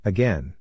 Again